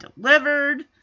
delivered